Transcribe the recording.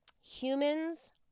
Humans